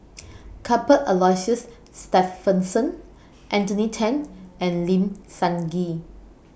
Cuthbert Aloysius Shepherdson Anthony Then and Lim Sun Gee